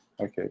Okay